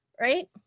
right